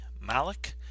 Malik